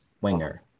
winger